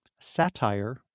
satire